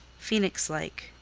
phoenixlike,